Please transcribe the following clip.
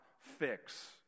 fix